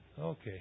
Okay